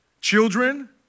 Children